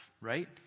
right